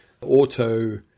auto